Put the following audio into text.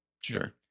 Sure